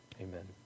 Amen